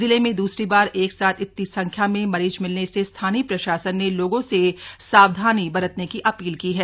जिले में दूसरी बार एक साथ इतनी संख्या में मरीज मिलने से स्थानीय प्रशासन ने लोगों से सावधानी बरतने की अपील की है